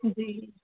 जी